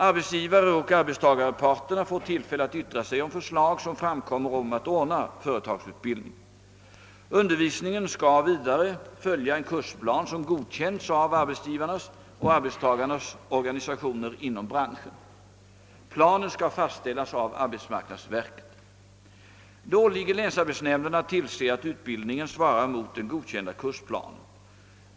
Arbetsgivaroch arbetstagarparterna får tillfälle att yttra sig om förslag som framkommer om att ordna företagsutbildning. Undervisningen skall vidare följa en kursplan som godkänts av arbetsgivarnas och arbetstagarnas organisationer inom branschen. Planen skall fastställas av arbetsmarknadsverket. Det åligger länsarbetsnämnderna att tillse att utbildningen svarar mot den godkända kursplanen.